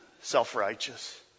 self-righteous